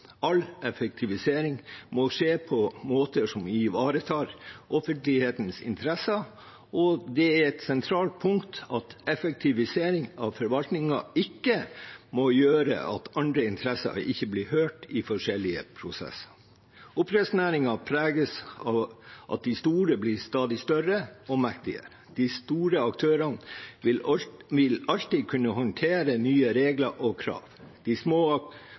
All effektivisering må skje på måter som ivaretar offentlighetens interesser, og det er et sentralt punkt at effektivisering av forvaltningen ikke må gjøre at andre interesser ikke blir hørt i forskjellige prosesser. Oppdrettsnæringen preges av at de store blir stadig større og mektigere. De store aktørene vil alltid kunne håndtere nye regler og krav. De små